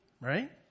right